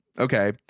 Okay